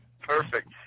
Perfect